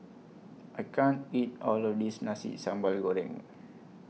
I can't eat All of This Nasi Sambal Goreng